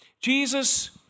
Jesus